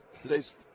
Today's